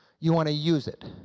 you want to use it.